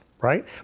Right